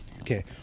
Okay